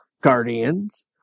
guardians